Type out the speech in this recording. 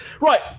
Right